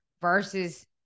versus